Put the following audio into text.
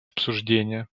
обсуждения